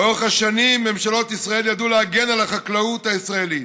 לאורך השנים ממשלות ישראל ידעו להגן על החקלאות הישראלית,